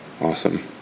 Awesome